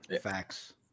Facts